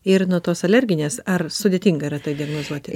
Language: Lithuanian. ir nuo tos alerginės ar sudėtinga yra tai diagnozuoti